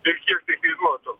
ir kiek tai kainuotų